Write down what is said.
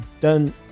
done